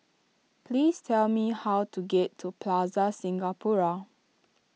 please tell me how to get to Plaza Singapura